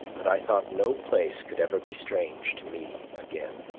that i thought no place could ever be strange to me again.